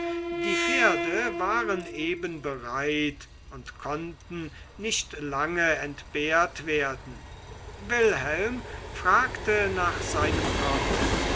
die pferde waren eben bereit und konnten nicht lange entbehrt werden wilhelm fragte nach seinem koffer